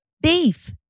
beef